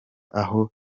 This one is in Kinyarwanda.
aho